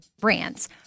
brands